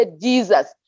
Jesus